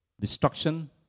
destruction